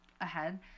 ahead